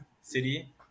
city